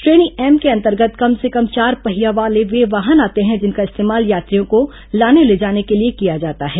श्रेणी एम के अंर्तर्गत कम से कम चार पहिया वाले वे वाहन आते हैं जिनका इस्तेमाल यात्रियों को लाने ले जाने के लिए किया जाता है